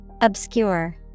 Obscure